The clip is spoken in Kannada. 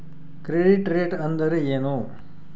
ಕ್ರೆಡಿಟ್ ರೇಟ್ ಅಂದರೆ ಏನು?